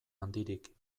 handirik